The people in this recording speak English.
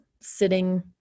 sitting